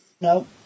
No